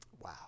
Wow